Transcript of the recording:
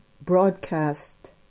broadcast